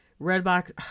Redbox